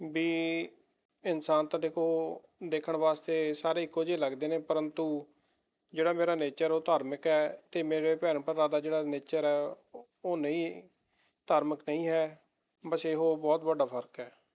ਵੀ ਇਨਸਾਨ ਤਾਂ ਦੇਖੋ ਦੇਖਣ ਵਾਸਤੇ ਸਾਰੇ ਇੱਕੋ ਜਿਹੇ ਲੱਗਦੇ ਨੇ ਪਰੰਤੂ ਜਿਹੜਾ ਮੇਰਾ ਨੇਚਰ ਉਹ ਧਾਰਮਿਕ ਹੈ ਅਤੇ ਮੇਰੇ ਭੈਣ ਭਰਾ ਦਾ ਜਿਹੜਾ ਨੇਚਰ ਹੈ ਉਹ ਨਹੀਂ ਧਾਰਮਿਕ ਨਹੀਂ ਹੈ ਬਸ ਇਹੋ ਬਹੁਤ ਵੱਡਾ ਫਰਕ ਹੈ